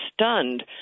stunned